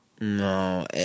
No